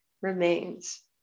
remains